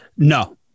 No